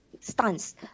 stance